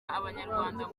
abanyarwanda